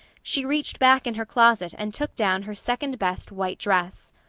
she reached back in her closet and took down her second best white dress.